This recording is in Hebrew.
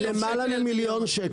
למעלה מ-1,000,000 שקל.